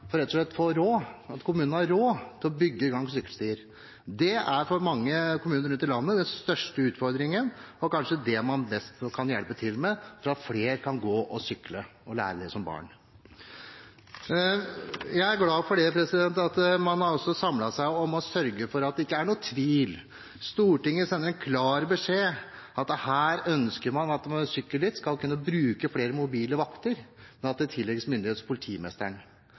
rett og slett har råd til å bygge gang- og sykkelstier. Dette er for mange kommuner rundt i landet den største utfordringen – og kanskje det man best kan hjelpe til med for at flere kan lære å sykle som barn. Jeg er glad for at man har samlet seg om å sørge for at det ikke er noen tvil: Stortinget sender en klar beskjed om at man ved sykkelritt ønsker at man skal kunne bruke flere mobile vakter, og at myndighet her tilligger politimesteren.